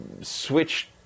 Switch